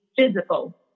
physical